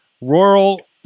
Rural